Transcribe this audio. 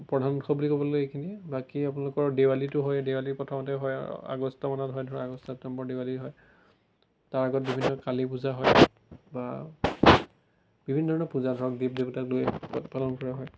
প্ৰধান উৎসৱ বুলি ক'বলৈ এইখিনিয়ে বাকী আপোনালোকৰ দেৱালীটো হয় দেৱালীৰ প্ৰথমতে হয় আগষ্টমানত হয় ধৰক আগষ্ট ছেপ্টেম্বৰত দেৱালী হয় তাৰ আগত বিভিন্ন কালী পূজা হয় বা বিভিন্ন ধৰণৰ পূজা ধৰক দেৱ দেৱতাক লৈ পালন কৰা হয়